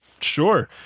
Sure